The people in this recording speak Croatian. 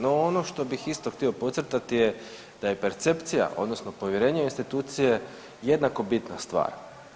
No, ono što bih isto htio podcrtati je da je percepcija, odnosno povjerenje u institucije jednako bitna stvar.